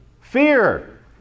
Fear